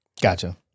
Gotcha